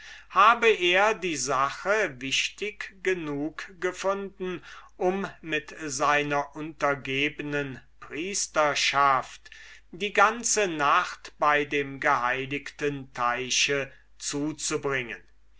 habe er die sache wichtig genug gefunden um mit seiner untergebnen priesterschaft die ganze nacht bei dem geheiligten teiche zuzubringen